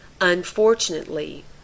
Unfortunately